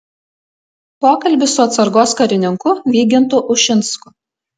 pokalbis su atsargos karininku vygintu ušinsku